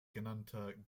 genannte